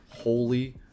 Holy